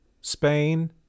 Spain